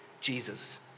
Jesus